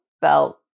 felt